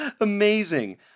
Amazing